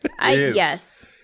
Yes